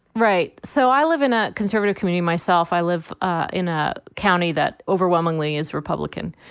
right. so i live in a conservative community myself. i live ah in a county that overwhelmingly is republican.